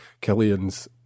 Killian's